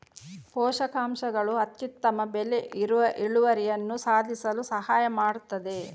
ಪೋಷಕಾಂಶಗಳು ಅತ್ಯುತ್ತಮ ಬೆಳೆ ಇಳುವರಿಯನ್ನು ಸಾಧಿಸಲು ಸಹಾಯ ಮಾಡುತ್ತದೆ